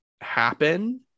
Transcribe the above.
happen